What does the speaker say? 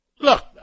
Look